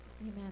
Amen